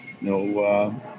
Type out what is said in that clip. no